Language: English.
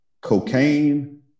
Cocaine